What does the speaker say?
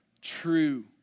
true